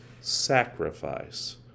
sacrifice